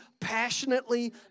passionately